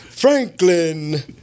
Franklin